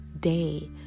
day